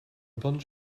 bunch